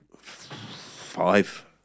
five